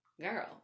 Girl